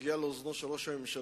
הגיעה לאוזנו של ראש הממשלה,